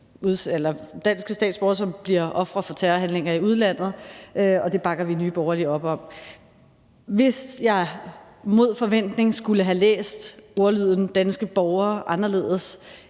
danske statsborgere – som bliver ofre for terrorhandlinger i udlandet, og det bakker vi i Nye Borgerlige op om. Hvis jeg mod forventning skulle have læst ordlyden danske borgere anderledes,